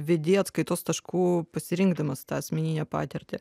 viduje atskaitos tašku pasirinkdamas tą asmeninę patirtį